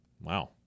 Wow